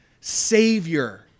Savior